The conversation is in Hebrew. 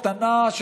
הקטנה,